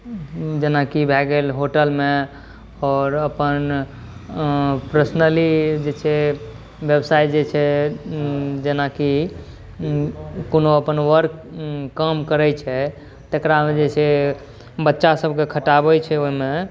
जेनाकि भए गेल होटलमे आओर अपन पर्सनली जे छै व्यवसाय जे छै जेनाकि कोनो अपन काम करैत छै तकरामे जे छै बच्चा सभकेँ खटाबैत छै ओहिमे